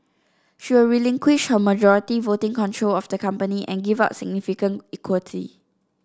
she will relinquish her majority voting control of the company and give up significant equity